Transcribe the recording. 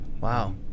wow